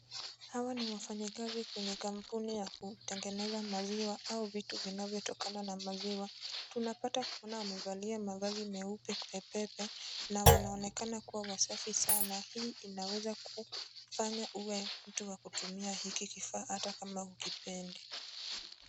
Hawa ni wafanyikazi kwenye kampuni ya kutengeza maziwa, au vitu vinvyotokana na maziwa. Tunapata kuona wamevalia mavazi meupe pepepe, na wanaonekana kuwa wasafi sana. Hii inaweza kufanya kuwa mtu wa kutumia hiki kifaa hata kama hukipendi.